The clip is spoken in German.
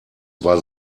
war